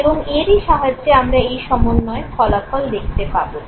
এবং এরই সাহায্যে আমরা এই সমন্বয়ের ফলাফল দেখতে পাবো